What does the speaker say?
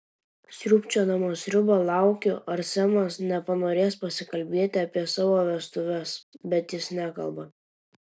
sriubčiodama sriubą laukiu ar semas nepanorės pasikalbėti apie savo vestuves bet jis nekalba